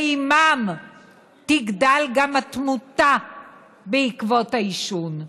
ועימם תגדל גם התמותה בעקבות העישון.